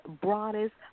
broadest